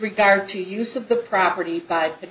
regard to use of the property by the